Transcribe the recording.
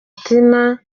tina